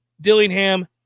Dillingham